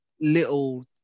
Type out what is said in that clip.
Little